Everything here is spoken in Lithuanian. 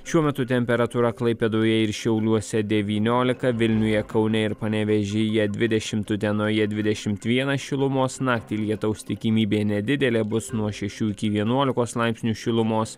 šiuo metu temperatūra klaipėdoje ir šiauliuose devyniolika vilniuje kaune ir panevėžyje dvidešimt utenoje dvidešimt vienas šilumos naktį lietaus tikimybė nedidelė bus nuo šešių iki vienuolikos laipsnių šilumos